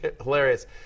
hilarious